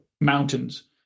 mountains